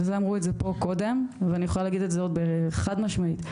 ואת זה אמרו פה קודם ואני יכולה להגיד את זה חד משמעית,